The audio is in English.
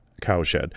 Cowshed